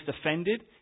offended